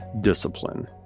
discipline